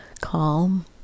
calm